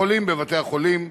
לחולים בבתי-החולים,